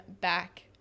back